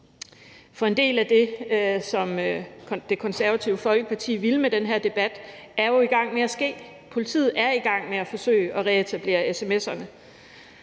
for en del af det, som Det Konservative Folkeparti ville med den her debat, er jo i gang med at ske. Politiet er i gang med at forsøge at reetablere sms'erne.